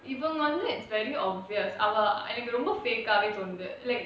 இவங்க வந்து:ivanga vanthu it's very obvious அவ எனக்கு வந்து ரொம்ப:ava enakku vanthu romba fake ah வே தோணுது:vae thonuthu